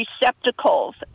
receptacles